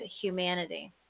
humanity